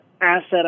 asset